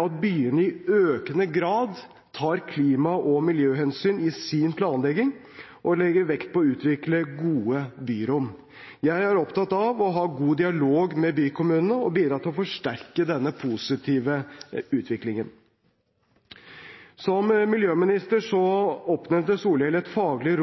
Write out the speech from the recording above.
at byene i økende grad tar klima- og miljøhensyn i sin planlegging og legger vekt på å utvikle gode byrom. Jeg er opptatt av å ha god dialog med bykommunene og bidra til å forsterke denne positive utviklingen. Som miljøminister oppnevnte Solhjell et faglig